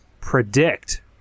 predict